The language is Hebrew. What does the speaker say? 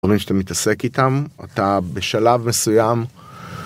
אחרי שאתה מתעסק איתם, אתה בשלב מסוים